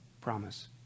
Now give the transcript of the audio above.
promise